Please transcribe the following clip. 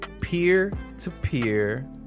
peer-to-peer